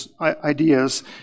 ideas